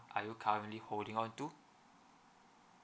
are you currently holding onto